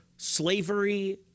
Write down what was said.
slavery